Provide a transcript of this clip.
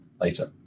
later